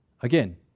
Again